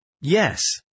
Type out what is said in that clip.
Yes